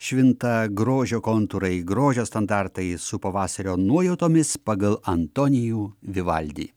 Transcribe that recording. švinta grožio kontūrai grožio standartai su pavasario nuojautomis pagal antonijų vivaldį